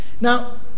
now